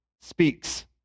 speaks